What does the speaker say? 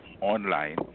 online